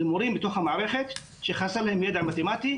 אלה מורים מתוך המערכת שחסר להם ידע מתמטי.